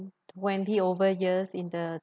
twenty over years in the